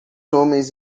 homens